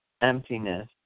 emptiness